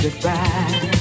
goodbye